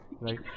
right